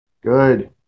Good